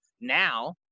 now